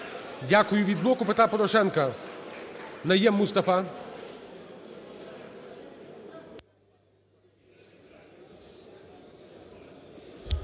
Дякую. Від "Блоку Петра Порошенка" Найєм Мустафа.